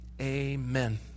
Amen